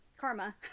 karma